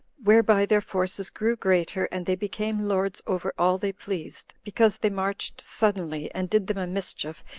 whereby their forces grew greater, and they became lords over all they pleased, because they marched suddenly, and did them a mischief,